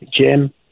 Jim